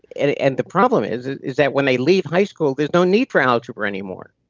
and and the problem is, is that when they leave high school, there's no need for algebra anymore,